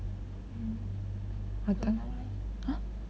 !huh!